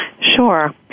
Sure